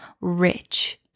rich